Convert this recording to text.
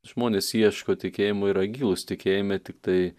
žmonės ieško tikėjimo yra gilūs tikėjime tiktai